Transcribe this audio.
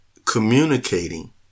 communicating